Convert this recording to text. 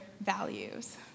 values